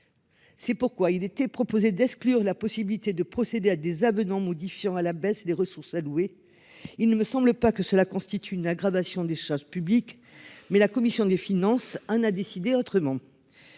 C'est pourquoi il était proposé d'exclure la possibilité de procéder à des avenants modifiant à la baisse des ressources allouées. Il ne me semble pas que cela constitue une aggravation des choses publiques. Mais la commission des finances un a décidé autrement.